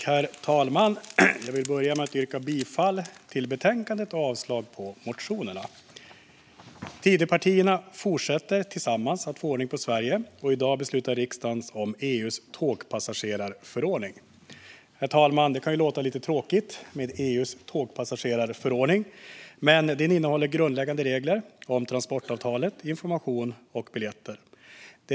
Herr talman! Jag vill börja med att yrka bifall till utskottets förslag i betänkandet och avslag på motionerna. Tidöpartierna fortsätter att tillsammans få ordning på Sverige, och i dag beslutar riksdagen om EU:s tågpassagerarförordning. Herr talman! Det kan låta lite tråkigt med EU:s tågpassagerarförordning, men den innehåller grundläggande regler om transportavtalet, information och biljetter.